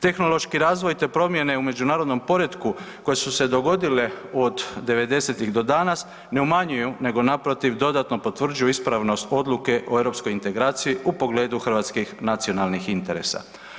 Tehnološki razvoj te promjene u međunarodnom poretku koje su se dogodile od '90.-tih do danas ne umanjuju nego naprotiv dodatno potvrđuju ispravnost odluke o europskoj integraciji u pogledu hrvatskih nacionalnih interesa.